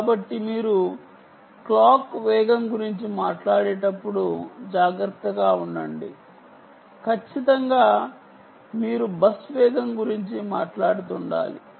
కాబట్టి మీరు Clock వేగం గురించి మాట్లాడేటప్పుడు జాగ్రత్తగా ఉండండి ఖచ్చితంగా మీరు బస్ వేగం గురించి మాట్లాడుతుండాలి